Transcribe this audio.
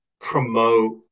promote